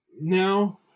now